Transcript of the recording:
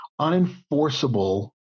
unenforceable